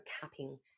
capping